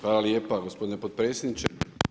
Hvala lijepa gospodine potpredsjedniče.